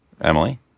Emily